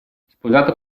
sposato